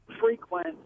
frequent